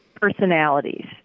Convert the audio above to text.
personalities